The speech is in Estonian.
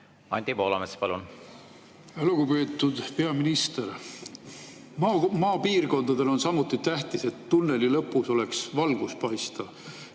Anti Poolamets, palun! Lugupeetud peaminister! Maapiirkondadel on samuti tähtis, et tunneli lõpus oleks valgus paistmas.